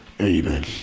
Amen